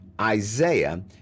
Isaiah